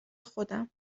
خودم